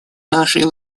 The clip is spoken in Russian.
нашей